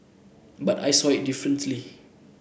but I saw it differently